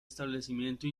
establecimiento